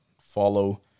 follow